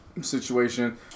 situation